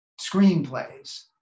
screenplays